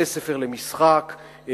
בתי-ספר למשחק,